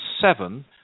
seven